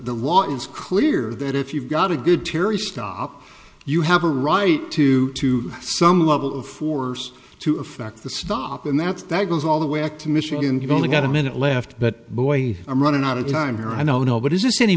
law is clear that if you've got a good terry stop you have a right to some level of force to affect the stop and that's that goes all the way back to michigan you've only got a minute left but boy i'm running out of time here i don't know but is this any